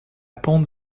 pente